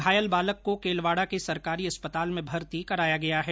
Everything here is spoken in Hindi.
घायल बालक को केलवाड़ा के सरकारी अस्पताल में मर्ती कराया गया है